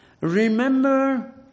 Remember